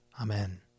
Amen